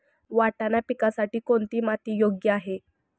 वाटाणा पिकासाठी कोणती माती योग्य आहे?